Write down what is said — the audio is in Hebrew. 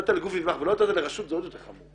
נתת לגוף נתמך ולא נתת לרשות זה עוד יותר חמור.